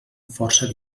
força